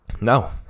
No